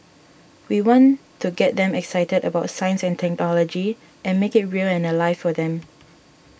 we want to get them excited about science and technology and make it real and alive for them